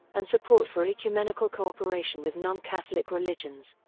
and support for ecumenical cooperation with non-catholic religions.